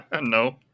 no